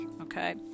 okay